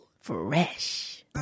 Fresh